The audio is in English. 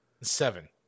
seven